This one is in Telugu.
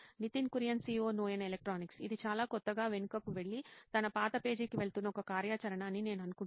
నితిన్ కురియన్ COO నోయిన్ ఎలక్ట్రానిక్స్ ఇది చాలా కొత్తగా వెనుకకు వెళ్లి తన పాత పేజీకి వెళుతున్న ఒక కార్యాచరణ అని నేను అనుకుంటున్నాను